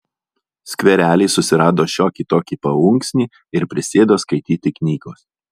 skverely susirado šiokį tokį paunksnį ir prisėdo skaityti knygos